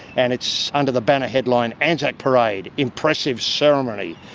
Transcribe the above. and it's under the banner headline, anzac parade, impressive ceremony'.